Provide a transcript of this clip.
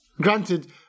granted